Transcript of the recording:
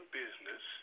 business